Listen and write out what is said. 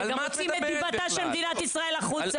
גם מוציאים את דיבתה של מדינת ישראל החוצה.